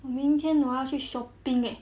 明天我要去 shopping eh